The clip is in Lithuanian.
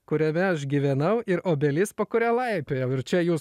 kuriame aš gyvenau ir obelis po kurią laipiojau ir čia jūs